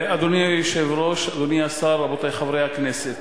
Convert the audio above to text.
אדוני היושב-ראש, אדוני השר, רבותי חברי הכנסת,